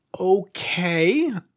okay